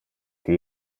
que